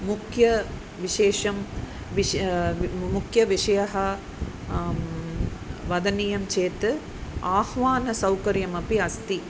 मुख्यविशेषं विश् मुख्यविषयः वदनीयं चेत् आह्वानसौकर्यमपि अस्ति